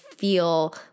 feel